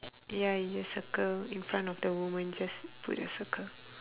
ya you just circle in front the woman just put a circle